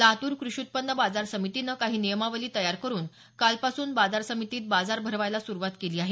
लातूर कृषी उत्पन्न बाजार समितीनं कांही नियमावाली तयार करुन कालपासून बाजार समितीत बाजार भरवायला सुरुवात केली आहे